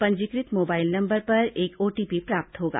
पंजीकृत mobile number पर एक ओटीपी प्राप्त होगा